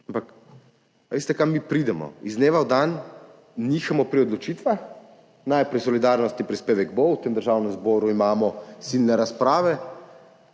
Ampak a veste, kam mi pridemo? Iz dneva v dan nihamo pri odločitvah, najprej solidarnostni prispevek bo, v tem državnem zboru imamo silne razprave,